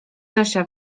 zosia